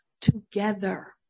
together